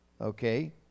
Okay